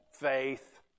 faith